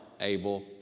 Abel